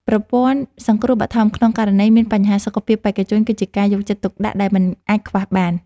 ប្រព័ន្ធសង្គ្រោះបឋមក្នុងករណីមានបញ្ហាសុខភាពបេក្ខជនគឺជាការយកចិត្តទុកដាក់ដែលមិនអាចខ្វះបាន។